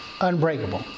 unbreakable